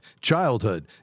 childhood